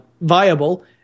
viable